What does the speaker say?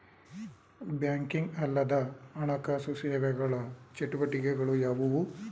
Banking ಅಲ್ಲದ ಹಣಕಾಸು ಸೇವೆಗಳ ಚಟುವಟಿಕೆಗಳು ಯಾವುವು?